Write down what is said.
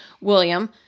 William